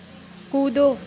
कूदो